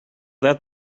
that